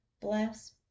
Bless